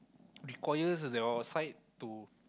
require your side to